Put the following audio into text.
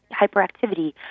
hyperactivity